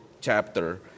chapter